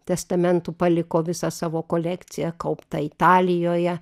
testamentu paliko visą savo kolekciją kauptą italijoje